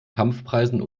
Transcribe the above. kampfpreisen